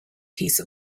piece